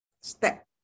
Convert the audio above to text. step